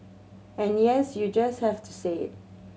and yes you just have to say it